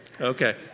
Okay